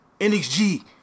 NXG